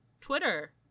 Twitter